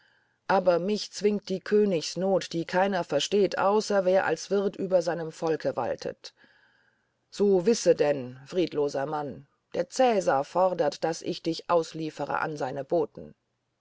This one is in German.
aber mich zwingt die königsnot die keiner versteht außer wer als wirt über seinem volke waltet so wisse denn friedloser mann der cäsar fordert daß ich dich ausliefere an seine boten